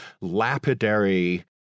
lapidary